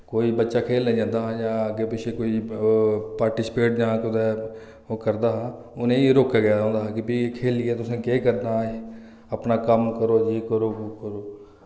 कोई बच्चा खेढने जन्दा हा जां अग्गै पिच्छै कोई पार्टिसिपेट जां कुतै ओह् करदा हा उनेई रोकेआ गेदा होंदा हा कि फ्ही खेढियै तुसें केह् करना अपना कम्म करो एह् करो ओह् करो